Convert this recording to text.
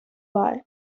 while